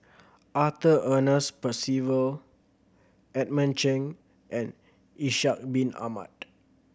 Arthur Ernest Percival Edmund Cheng and Ishak Bin Ahmad